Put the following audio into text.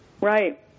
Right